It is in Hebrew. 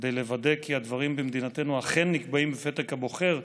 כדי לוודא כי הדברים במדינתנו אכן נקבעים בפתק הבוחר,